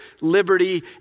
liberty